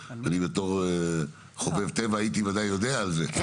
בתור חובב טבע בוודאי הייתי יודע על זה.